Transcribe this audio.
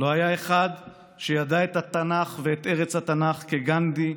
לא היה אחד שידע את התנ"ך ואת ארץ התנ"ך כגנדי,